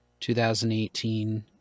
2018